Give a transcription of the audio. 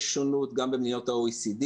יש שונות גם במדינות ה-OECD.